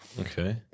Okay